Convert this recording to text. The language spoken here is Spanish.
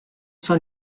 son